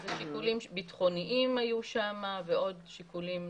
אלה היו שיקולים ביטחוניים ועוד שיקולים נוספים.